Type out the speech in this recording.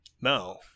No